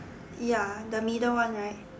ya the middle one right